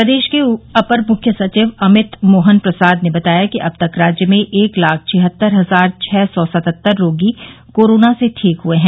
प्रदेश के अपर मुख्य सचिव अमित मोहन प्रसाद ने बताया कि अब तक राज्य में एक लाख छिहत्तर हजार छह सौ सतहत्तर रोगी कोरोना से ठीक हुए है